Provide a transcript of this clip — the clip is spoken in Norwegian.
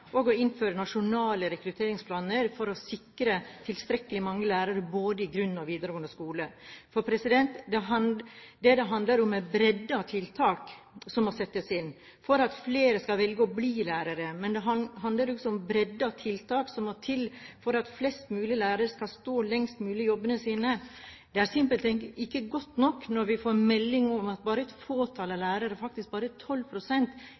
og å innføre nasjonale rekrutteringsplaner for å sikre tilstrekkelig mange lærere både i grunnskolen og i videregående skole. Det det handler om, er bredden av tiltak som må settes inn for at flere skal velge å bli lærere. Men det handler også om bredden av tiltak som må til for at flest mulig lærere skal stå lengst mulig i jobben sin. Det er simpelthen ikke godt nok når vi får melding om at bare et fåtall lærere – faktisk bare